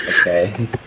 Okay